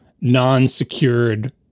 non-secured